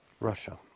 Russia